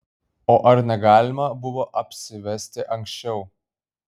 o ar negalima buvo apsivesti anksčiau